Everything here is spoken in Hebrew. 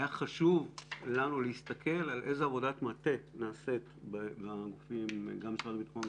היה חשוב לנו להסתכל איזו עבודת מטה נעשית בגופים גם משרד הביטחון,